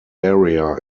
area